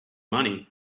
money